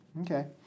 Okay